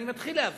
אני מתחיל להבין.